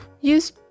use